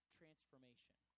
transformation